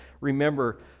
remember